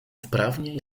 wprawnie